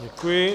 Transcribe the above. Děkuji.